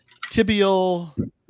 tibial